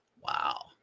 wow